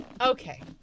Okay